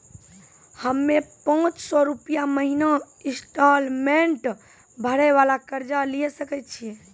हम्मय पांच सौ रुपिया महीना इंस्टॉलमेंट भरे वाला कर्जा लिये सकय छियै?